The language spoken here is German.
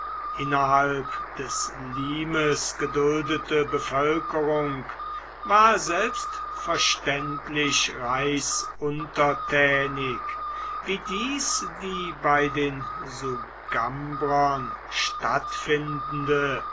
innerhalb des limes geduldete bevölkerung war selbstverständlich reichsuntertänig wie dies die bei den sugambrern stattfindende